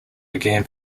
began